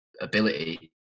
ability